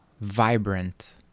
vibrant